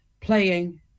playing